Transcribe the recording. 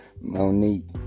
Monique